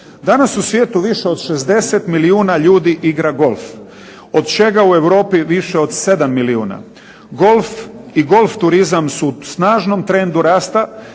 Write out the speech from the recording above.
Danas u svijetu više od 60 milijuna ljudi igra golf, od čega u Europi više od 7 milijuna. Golf i golf turizam su u snažnom trendu rasta